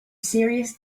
serious